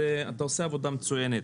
אתה עושה עבודה מצוינת.